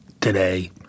today